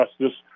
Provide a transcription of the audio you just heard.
justice